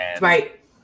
Right